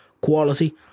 quality